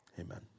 amen